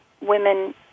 women